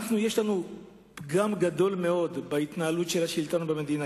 יש לנו פגם גדול מאוד בהתנהלות השלטון במדינה.